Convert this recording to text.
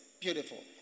Beautiful